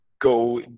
go